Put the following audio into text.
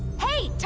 hey! tom!